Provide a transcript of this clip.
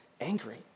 angry